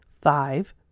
Five